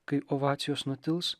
kai ovacijos nutils